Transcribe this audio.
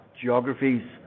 geographies